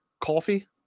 Coffee